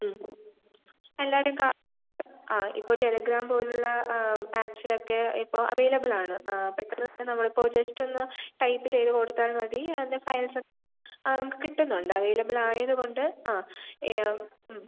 എല്ലാവരെയും ആ ഇപ്പോൾ ടെലഗ്രാം പോലുള്ള ആപ്പ്സിലൊക്കെ ഇപ്പോൾ അവൈലബിളാണ് ആ പെട്ടെന്ന് തന്നെ നമ്മൾ ഇപ്പോൾ ജസ്റ്റൊന്ന് ടൈപ്പ് ചെയ്ത് കൊടുത്താൽ മതി അതിൻ്റെ ഫയൽസ് ആ നമുക്ക് കിട്ടുന്നുണ്ട് അവൈലബിളായതുകൊണ്ട് ആ